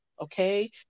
Okay